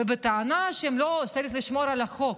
והטענה היא שצריך לשמור על החוק.